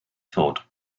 todd